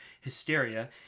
hysteria